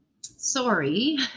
sorry